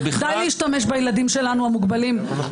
די להשתמש בילדים המוגבלים שלנו.